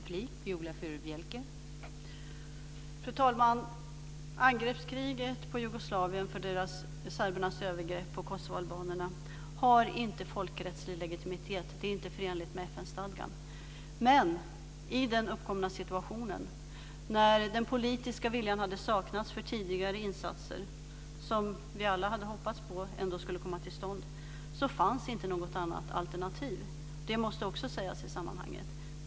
Fru talman! Angreppskriget mot Jugoslavien för serbernas övergrepp på kosovoalbanerna har inte folkrättslig legitimitet - det är inte förenligt med FN stadgan. Men i den uppkomna situationen, då den politiska viljan hade saknats för tidigare insatser som vi alla hade hoppats på ändå skulle komma till stånd, fanns det inte något annat alternativ. Det måste också sägas i sammanhanget.